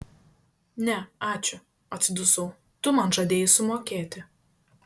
ne ačiū atsidusau tu man žadėjai sumokėti